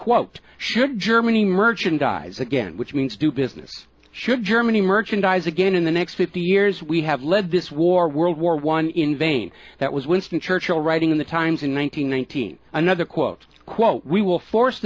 quote should germany merchandise again which means do business should germany merchandise again in the next fifty years we have led this war world war one in vain that was winston churchill writing in the times in one thousand nine thousand another quote quote we will force